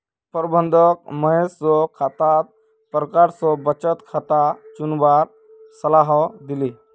प्रबंधक महेश स खातार प्रकार स बचत खाता चुनवार सलाह दिले